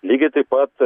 lygiai taip pat